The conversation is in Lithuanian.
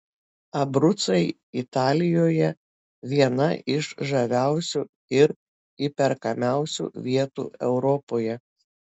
abrucai italijoje viena iš žaviausių ir įperkamiausių vietų europoje